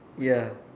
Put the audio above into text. ya